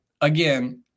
again